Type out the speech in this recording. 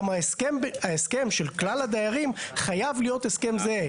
גם ההסכם של כלל הדיירים חייב להיות הסכם זהה.